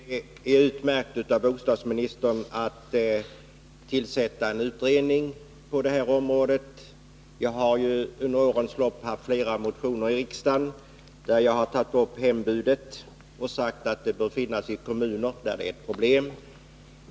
Herr talman! Jag tycker att det är utmärkt av bostadsministern att tillsätta en utredning på det här området. Jag har under årens lopp väckt flera motioner i riksdagen, där jag tagit upp hembudet och sagt att en hembudsskyldighet bör finnas i kommuner där det förekommer problem.